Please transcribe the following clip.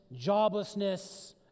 joblessness